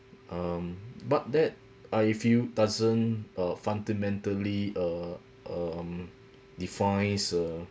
um but that I feel doesn't uh fundamentally uh um defines a